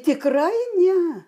tikrai ne